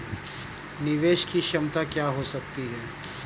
निवेश की क्षमता क्या हो सकती है?